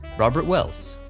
robert wells,